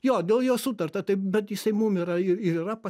jo dėl jo sutarta taip bet jisai mum yra ir yra